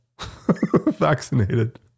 vaccinated